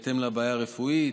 בהתאם לבעיה הרפואית,